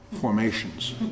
formations